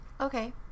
Okay